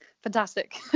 fantastic